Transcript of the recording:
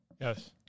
Yes